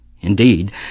Indeed